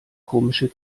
komische